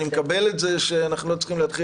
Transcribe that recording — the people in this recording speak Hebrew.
אני מקבל את זה שאנחנו לא צריכים להתחיל